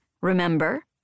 remember